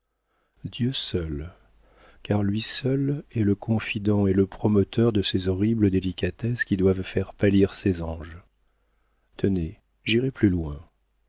dieu seul car lui seul est le confident et le promoteur de ces horribles délicatesses qui doivent faire pâlir ses anges tenez j'irai plus loin